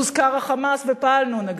והוזכר ה"חמאס" ופעלנו נגדו.